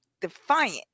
defiant